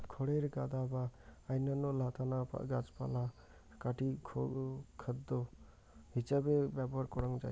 খড়ের গাদা বা অইন্যান্য লতানা গাছপালা কাটি গোখাদ্য হিছেবে ব্যবহার করাং হই